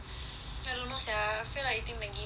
I don't know sia I feel like eating Maggie mee